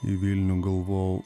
į vilnių galvojau